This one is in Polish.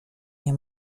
nie